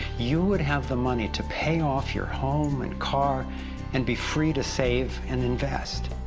you would have the money to pay off your home and car and be free to save and invest.